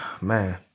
man